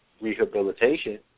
Rehabilitation